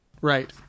Right